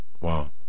Wow